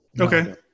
Okay